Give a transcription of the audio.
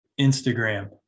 Instagram